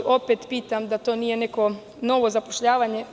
Opet pitam, da to nije neko novo zapošljavanje?